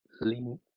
lean